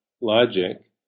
logic